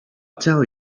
tell